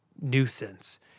nuisance